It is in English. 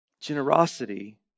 Generosity